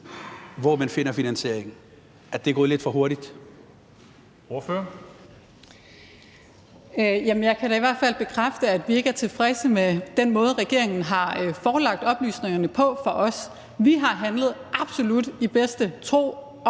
hvor man finder finansieringen, altså at det er gået lidt for hurtigt?